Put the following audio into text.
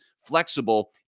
flexible